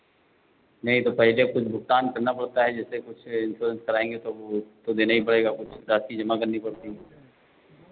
नहीं तो पहले कुछ भुगतान करना पड़ता है जैसे कुछ इंस्योरेंस कराएंगे तो वो कुछ देने हीं पड़ेगा आपको स्टार्ट की जमा करनी पड़ती है